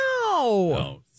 No